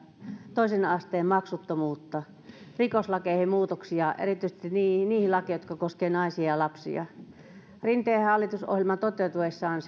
toisen asteen maksuttomuutta rikoslakeihin muutoksia erityisesti niihin niihin lakeihin jotka koskevat naisia ja lapsia rinteen hallitusohjelma toteutuessaan